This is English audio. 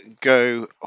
go